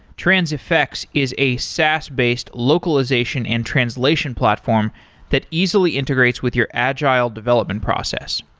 transifex is a saas based localization and translation platform that easily integrates with your agile development process.